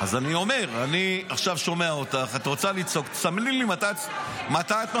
אז אני אומר, אני עכשיו שומע אותך, את רוצה לצעוק,